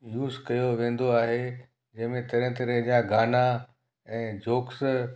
use कयो वेंदो आहे जे में तरहं तरहं जा गाना ऐं जोक्स